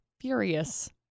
furious